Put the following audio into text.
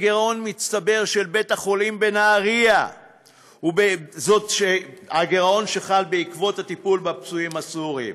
בגירעון מצטבר של בית-החולים בנהריה עקב הטיפול בפצועים סורים.